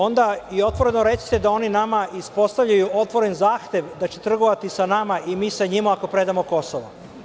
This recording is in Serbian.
Otvoreno recite da oni nama ispostavljaju otvoren zahtev da će trgovati sa nama i mi sa njima ako predamo Kosovo.